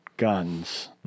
guns